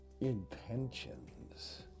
intentions